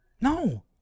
no